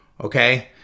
Okay